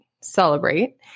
celebrate